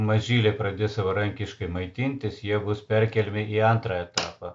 mažyliai pradės savarankiškai maitintis jie bus perkeliami į antrą etapą